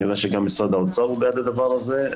אני יודע שגם משרד האוצר בעד הדבר הזה,